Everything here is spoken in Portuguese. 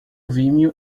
vimeo